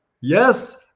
Yes